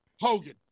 Hogan